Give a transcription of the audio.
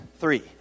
Three